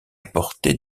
apporté